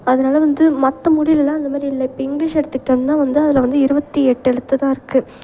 அதனால் வந்து மற்ற மொழிலெலாம் அந்தமாதிரி இல்லை இப்போ இங்கிலீஷ் எடுத்துக்கிட்டோம்ன்னால் வந்து அதில் வந்து இருபத்தி எட்டு எழுத்துதான் இருக்குது